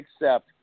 accept